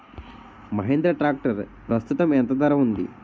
Mahindra tractor ప్రస్తుతం ఎంత ధర ఉంది?